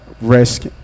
risk